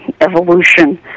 evolution